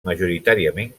majoritàriament